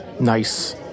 Nice